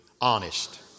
honest